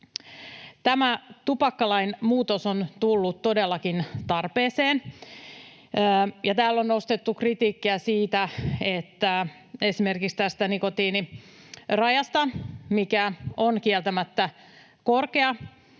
Tämä tupakkalain muutos on tullut todellakin tarpeeseen. Täällä on nostettu kritiikkiä esimerkiksi tästä nikotiinirajasta, mikä on kieltämättä korkea,